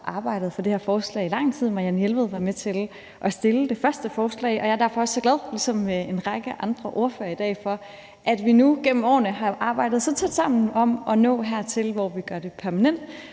det første forslag, og jeg er derfor også ligesom en række andre ordførere i dag så glad for, at vi nu gennem årene har arbejdet så tæt sammen om at nå hertil, hvor vi gør det permanent,